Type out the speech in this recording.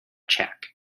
check